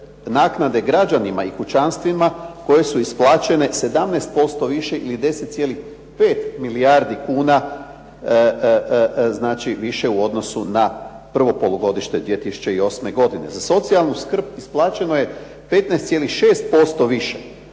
naknade građanima i kućanstvima koje su isplaćene 17% više ili 10,5 milijardi kuna znači više u odnosu na prvo polugodište 2008. godine. Za socijalnu skrb isplaćeno je 15,6% više